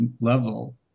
level